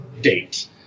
date